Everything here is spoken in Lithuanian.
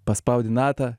paspaudi natą